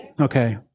Okay